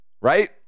right